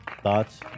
Thoughts